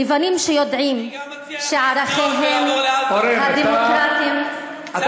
לבנים שיודעים שערכיהם הדמוקרטיים, אני